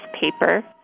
paper